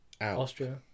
Austria